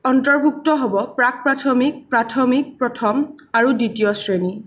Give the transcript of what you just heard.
অন্তৰ্ভূক্ত হ'ব প্ৰাক প্ৰাথমিক প্ৰাথমিক প্ৰথম আৰু দ্বিতীয় শ্ৰেণী